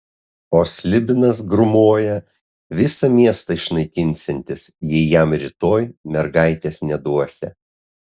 o slibinas grūmoja visą miestą išnaikinsiantis jei jam rytoj mergaitės neduosią